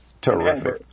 Terrific